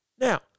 Now